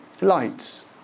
lights